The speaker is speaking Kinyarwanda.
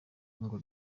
ngo